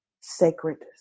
sacred